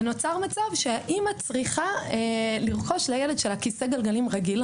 נוצר מצב שהאם צריכה לרכוש לילד שלה כיסא גלגלים רגיל,